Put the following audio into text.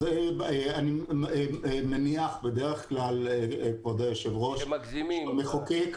אני מניח, כבוד היושב-ראש, שהמחוקק,